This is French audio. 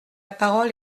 parole